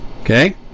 Okay